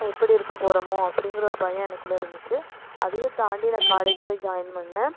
எப்படி இருக்க போகிறோமோ அப்டிங்கிற ஒரு பயம் எனக்குள்ளே இருந்துச்சு அதையும் தாண்டி நான் காலேஜ் போய் ஜாயின் பண்ணேன்